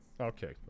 Okay